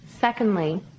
Secondly